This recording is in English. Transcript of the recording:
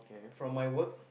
from my work